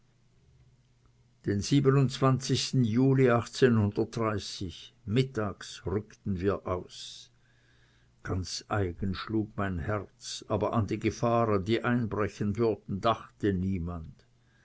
den juli mittags rückten wir aus ganz eigen schlug mein herz aber an die gefahren die einbrechen würden dachte niemand